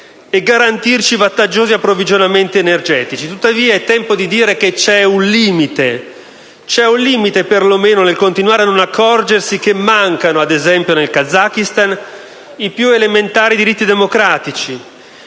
e garantirci vantaggiosi approvvigionamenti energetici. Tuttavia, è tempo di dire che c'è un limite per lo meno nel continuare a non accorgersi che mancano, ad esempio nel Kazakistan, i più elementari diritti democratici.